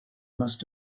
must